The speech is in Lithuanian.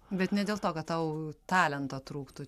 bet ne dėl to kad tau talento trūktų